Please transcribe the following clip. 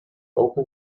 open